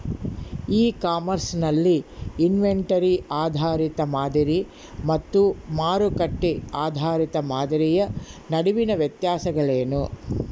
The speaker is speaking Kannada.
ಇ ಕಾಮರ್ಸ್ ನಲ್ಲಿ ಇನ್ವೆಂಟರಿ ಆಧಾರಿತ ಮಾದರಿ ಮತ್ತು ಮಾರುಕಟ್ಟೆ ಆಧಾರಿತ ಮಾದರಿಯ ನಡುವಿನ ವ್ಯತ್ಯಾಸಗಳೇನು?